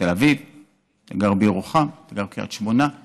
בתל אביב או אתה גר בירוחם או אתה גר בקריית שמונה או